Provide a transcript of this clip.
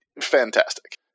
fantastic